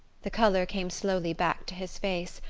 the colour came slowly back to his face,